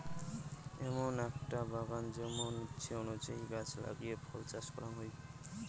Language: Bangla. এমন আকটা বাগান যেমন ইচ্ছে অনুযায়ী গছ লাগিয়ে ফল চাষ করাং হই